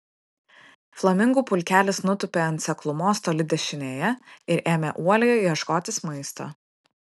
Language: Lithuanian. flamingų pulkelis nutūpė ant seklumos toli dešinėje ir ėmė uoliai ieškotis maisto